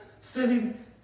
sitting